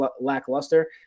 lackluster